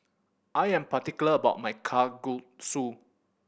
I am particular about my Kalguksu